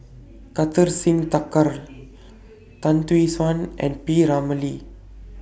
Kartar Singh Thakral Tan Tee Suan and P Ramlee